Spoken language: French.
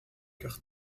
cœur